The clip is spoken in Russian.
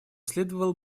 следовало